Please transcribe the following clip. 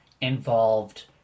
involved